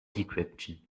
decryption